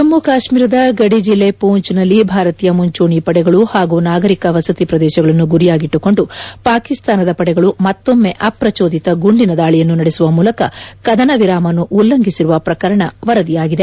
ಜಮ್ನು ಕಾಶ್ನೀರದ ಗಡಿ ಜಿಲ್ಲೆ ಪೂಂಚೆನಲ್ಲಿ ಭಾರತೀಯ ಮುಂಚೂಣಿ ಪಡೆಗಳು ಹಾಗೂ ನಾಗರೀಕ ವಸತಿ ಪ್ರದೇಶಗಳನ್ನು ಗುರಿಯಾಗಿಟ್ಟುಕೊಂಡು ಪಾಕಿಸ್ನಾನದ ಪಡೆಗಳು ಮತ್ತೊಮ್ನೆ ಅಪ್ರಚೋದಿತ ಗುಂಡಿನ ದಾಳಿಯನ್ನು ನಡೆಸುವ ಮೂಲಕ ಮತ್ತೊಮ್ನೆ ಕದನ ವಿರಾಮವನ್ನು ಉಲ್ಲಂಘಿಸಿರುವ ಪ್ರಕರಣ ವರದಿಯಾಗಿದೆ